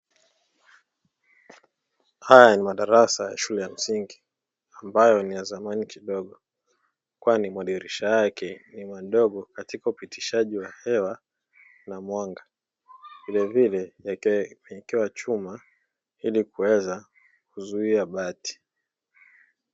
Haya ni madarasa ya shule ya msingi ambayo ni ya zamani kidogo, kwani madirisha yake ni madogo katika upitishaji wa hewa na mwanga, vilevile yakiwa yamewekewa chuma, ili kuweza kuzuia bati.